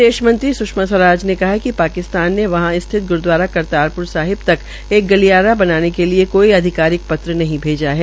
विदेशमंत्री स्षमा स्वराज ने कहा है कि पाकिस्तान ने वहां स्थित ग्रूदवारा करतार प्र साहिब तक एक गलियारा बनाने के लिए कोई अधिकारिक पत्र नहीं भेजा है